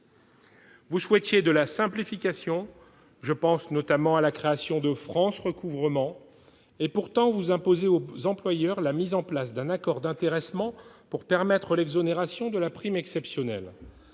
Vous souhaitiez de la simplification- je pense notamment à la création de France Recouvrement. Pourtant, vous imposez aux employeurs la mise en place d'un accord d'intéressement pour permettre l'exonération de la prime exceptionnelle.